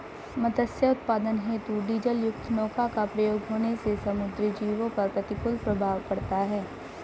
मत्स्य उत्पादन हेतु डीजलयुक्त नौका का प्रयोग होने से समुद्री जीवों पर प्रतिकूल प्रभाव पड़ता है